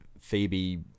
Phoebe